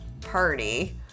party